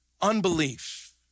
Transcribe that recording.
unbelief